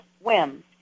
swim